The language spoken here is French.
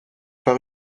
par